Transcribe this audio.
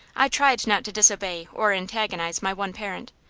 i tried not to disobey or antagonize my one parent,